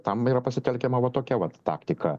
tam yra pasitelkiama va tokia vat taktika